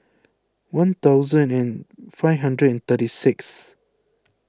one thousand and five hundred and thirty sixth